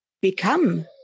become